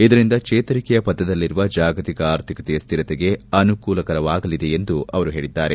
ಇದರಿಂದ ಚೇತರಿಕೆಯ ಪಥದಲ್ಲಿರುವ ಜಾಗತಿಕ ಆರ್ಥಿಕತೆಯ ಸ್ವಿರತೆಗೆ ಅನುಕೂಲವಾಗಲಿದೆ ಎಂದು ಅವರು ಹೇಳಿದ್ದಾರೆ